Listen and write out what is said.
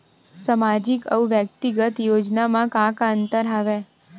सामाजिक अउ व्यक्तिगत योजना म का का अंतर हवय?